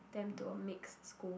them to a mixed school